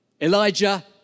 Elijah